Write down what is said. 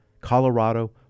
Colorado